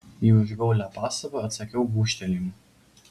į užgaulią pastabą atsakiau gūžtelėjimu